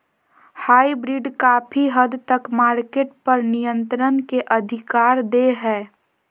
hybrid काफी हद तक मार्केट पर नियन्त्रण के अधिकार दे हय